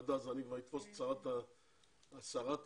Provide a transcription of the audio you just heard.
עד אז אני כבר אתפוס את שרת התחבורה,